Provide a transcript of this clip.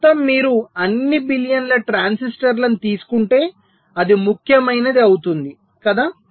మొత్తం మీరు అన్ని బిలియన్ల ట్రాన్సిస్టర్లను తీసుకుంటే అది ముఖ్యమైనది అవుతుంది కదా